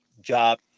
job